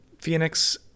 Phoenix